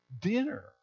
dinner